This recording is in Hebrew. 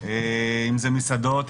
אם זה מסעדות,